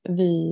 vi